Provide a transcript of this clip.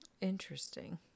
Interesting